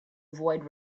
avoid